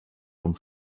vom